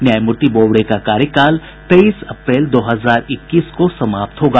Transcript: न्यायमूर्ति बोबडे का कार्यकाल तेइस अप्रैल दो हजार इक्कीस को समाप्त होगा